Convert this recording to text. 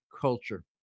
culture